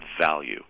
value